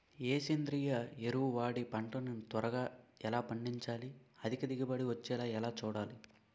ఏ సేంద్రీయ ఎరువు వాడి పంట ని త్వరగా ఎలా పండించాలి? అధిక దిగుబడి వచ్చేలా ఎలా చూడాలి?